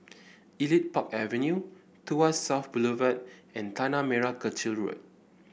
Elite Park Avenue Tuas South Boulevard and Tanah Merah Kechil Road